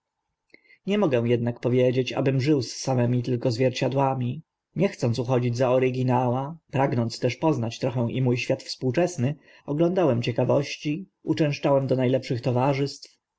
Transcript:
nie mogę ednak powiedzieć abym żył z samymi tylko zwierciadłami nie chcąc uchodzić za oryginała pragnąc też poznać trochę i mó świat współczesny oglądałem ciekawości uczęszczałem do na lepszych towarzystw